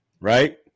Right